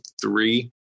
three